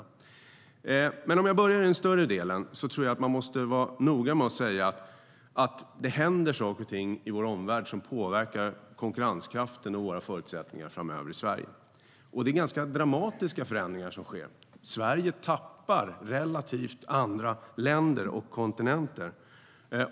Men för att börja i den större delen tror jag att man måste vara noga med att säga att det händer saker och ting i vår omvärld som påverkar konkurrenskraften och våra förutsättningar framöver i Sverige. Det är ganska dramatiska förändringar som sker. Sverige tappar relativt till andra länder och kontinenter.